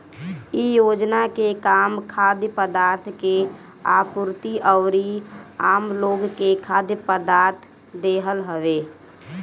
इ योजना के काम खाद्य पदार्थ के आपूर्ति अउरी आमलोग के खाद्य पदार्थ देहल हवे